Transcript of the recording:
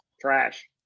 Trash